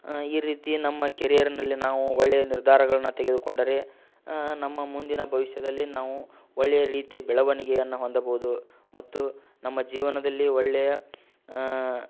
ಈ ರೀತಿ ನಮ್ಮ ಕೆರಿಯರ್ನಲ್ಲಿ ನಾವು ಒಳ್ಳೆಯ ನಿರ್ಧಾರಗಳನ್ನು ತೆಗೆದುಕೊಂಡರೆ ನಮ್ಮ ಮುಂದಿನ ಭವಿಷ್ಯದಲ್ಲಿ ನಾವು ಒಳ್ಳೆಯ ರೀತಿಯ ಬೆಳವಣಿಗೆಯನ್ನು ಹೊಂದಬೌದು ಮತ್ತು ನಮ್ಮ ಜೀವನದಲ್ಲಿ ಒಳ್ಳೆಯ